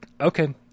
okay